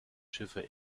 schiffe